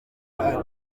ati